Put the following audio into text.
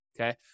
okay